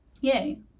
Yay